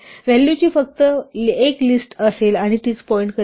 व्हॅलूची फक्त 1 लिस्ट असेल आणि तीच पॉईंट करेल